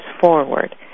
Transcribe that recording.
forward